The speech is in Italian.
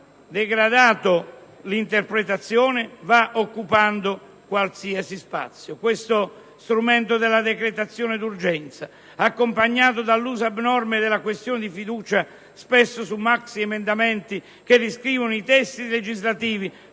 degradata l'interpretazione, va occupando qualsiasi spazio. Lo strumento della decretazione d'urgenza, accompagnato dall'uso abnorme della questione di fiducia, spesso su maxiemendamenti che riscrivono i testi legislativi